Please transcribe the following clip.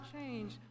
change